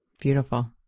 Beautiful